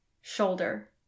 shoulder